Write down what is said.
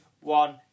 one